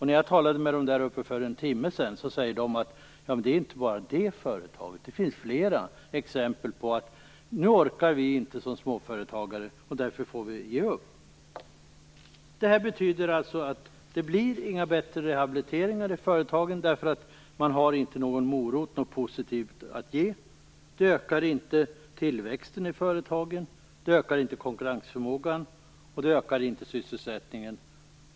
När jag talade med människor där uppe för en timme sade de att det inte bara gäller det företaget, utan att det finns fler exempel på småföretagare som inte orkar längre och därför får ge upp. Det här betyder att det inte blir någon bättre rehabilitering i företagen, eftersom man inte har någon morot, något positivt att ge. Det ökar inte tillväxten i företagen, det ökar inte konkurrensförmågan, och det ökar inte sysselsättningen.